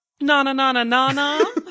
Na-na-na-na-na-na